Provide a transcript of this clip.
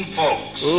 folks